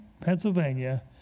Pennsylvania